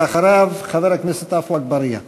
אחריו, חבר הכנסת עפו אגבאריה.